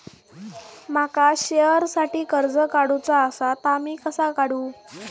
माका शेअरसाठी कर्ज काढूचा असा ता मी कसा काढू?